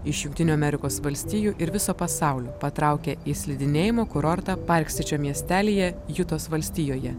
iš jungtinių amerikos valstijų ir viso pasaulio patraukė į slidinėjimo kurortą park sičio miestelyje jutos valstijoje